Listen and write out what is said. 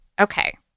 okay